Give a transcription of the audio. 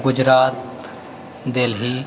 Gujarat Delhi